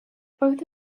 both